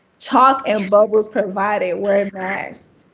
chalk and bubbles provided. wear and masks.